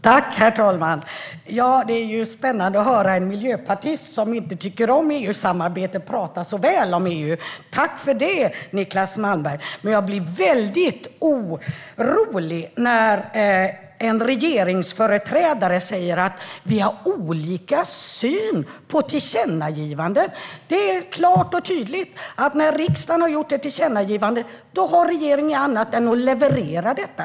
Herr talman! Det är spännande att höra en miljöpartist, som inte tycker om EU-samarbetet, tala så väl om EU. Tack för det, Niclas Malmberg! Jag blir dock väldigt orolig när en regeringsföreträdare säger att vi har olika syn på tillkännagivanden. Det är klart och tydligt: När riksdagen har lämnat ett tillkännagivande har regeringen inget annat att göra än att leverera detta.